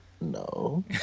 No